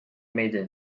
maiden